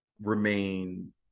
remain